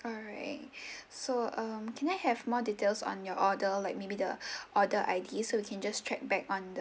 alright so um can I have more details on your order like maybe the order I_D so we can just check back on the